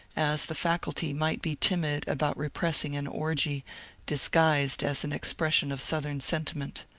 as the faculty might be timid about repressing an orgie disguised as an expression of southern sentiment.